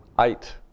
eight